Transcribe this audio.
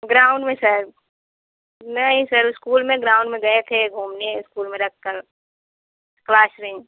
ground में sir नहीं sir school में ग्राउंड में गए थे घूमने स्कूल में रखकर क्लास में